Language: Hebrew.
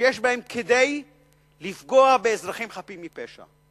שיש בהם כדי לפגוע באזרחים חפים מפשע.